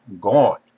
gone